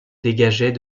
dégageait